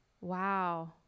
Wow